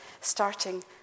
starting